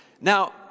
Now